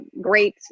great